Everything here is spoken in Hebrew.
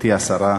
גברתי השרה,